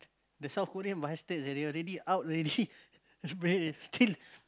the South Korea bastard seh they already out already but they still